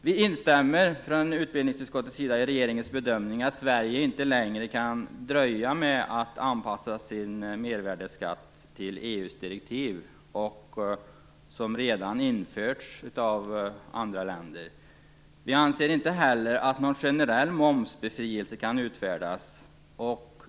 Vi instämmer från utbildningsutskottets sida i regeringens bedömning att Sverige inte längre kan dröja med att anpassa sin mervärdesskatt till EU:s direktiv, vilka redan har genomförts i andra länder. Vi anser inte heller att någon generell momsbefrielse kan utfärdas.